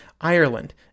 Ireland